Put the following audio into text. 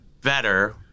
better